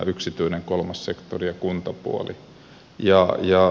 yksityinen kolmas sektori ja kuntapuoli